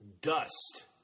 Dust